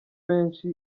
benshi